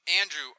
Andrew